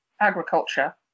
agriculture